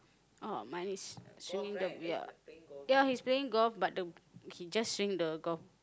oh mine is swinging the ya ya he's playing golf but the he just swing the golf